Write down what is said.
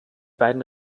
beiden